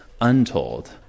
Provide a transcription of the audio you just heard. untold